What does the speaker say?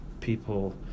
people